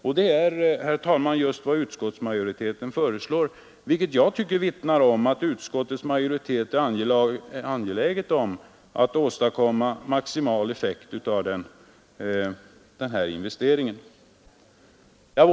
Det är, herr talman, just vad utskottsmajoriteten föreslår, vilket jag tycker vittnar om att utskottets majoritet är angelägen om att åstadkomma maximal effekt av den investering som görs.